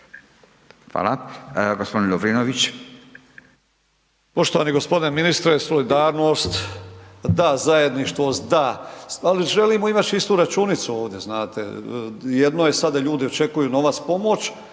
Hvala. Gospodin Lovrinović.